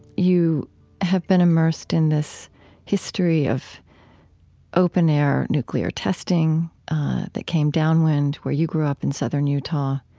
you have been immersed in this history of open-air nuclear testing that came downwind where you grew up in southern utah.